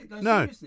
No